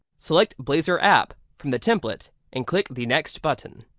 select blazor app from the template and click the next button.